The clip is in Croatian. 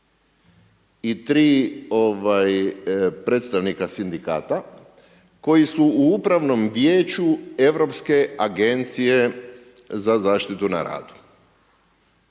i tri predstavnika sindikata koji su u Upravnom vijeću Europske agencije za zaštitu na radu.